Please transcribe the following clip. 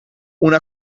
una